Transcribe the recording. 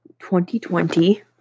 2020